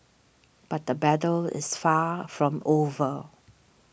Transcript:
but the battle is far from over